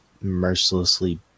mercilessly